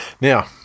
Now